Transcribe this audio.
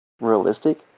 realistic